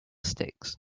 sticks